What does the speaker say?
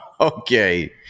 Okay